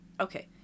okay